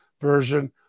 version